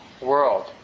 world